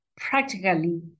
practically